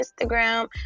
Instagram